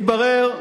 מתברר,